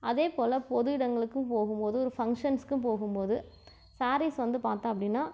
அதே போல் பொது இடங்களுக்கு போகும் போது ஒரு ஃபங்க்ஷன்ஸ்க்கு போகும் போது ஸாரீஸ் வந்து பார்த்தோம் அப்படின்னா